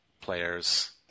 players